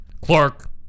Clark